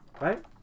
right